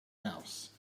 house